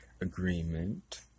agreement